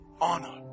honor